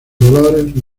dolores